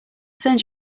send